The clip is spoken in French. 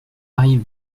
arrive